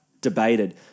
debated